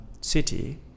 city